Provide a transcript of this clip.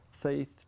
faith